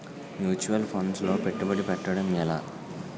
Mutual funds లో పెట్టుబడి పెట్టడం ఎలా?